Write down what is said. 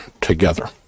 together